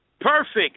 Perfect